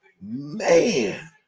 man